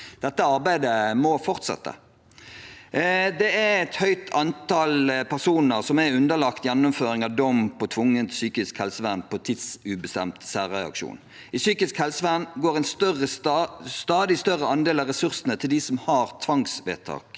Dette arbeidet må fortsette. Det er et høyt antall personer som er underlagt gjennomføring av dom på tvungent psykisk helsevern som tidsubestemt særreaksjon. I psykisk helsevern går en stadig større andel av ressursene til dem som har tvangsvedtak.